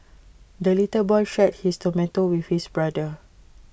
the little boy shared his tomato with his brother